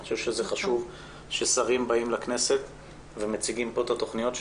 אני חושב שזה חשוב ששרים באים לכנסת ומציגים פה את התכניות שלהם,